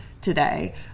today